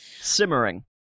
Simmering